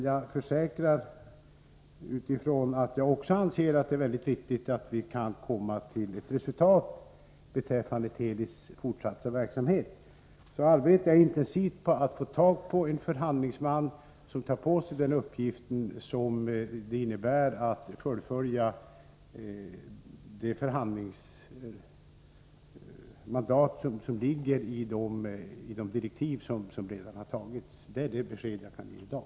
Jag försäkrar dock att jag — eftersom också jag anser att det är mycket viktigt att vi kan nå ett resultat beträffande Telis fortsatta verksamhet — arbetar intensivt för att hitta en förhandlingsman som kan ta på sig uppgiften att fullfölja det förhandlingsmandat som ligger i de direktiv som redan har fastställts. Det är det besked som jag kan ge i dag.